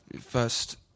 first